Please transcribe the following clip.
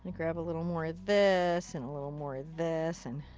grab a little more of this, and a little more of this, and.